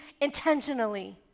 intentionally